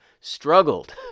struggled